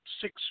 six